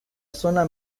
zona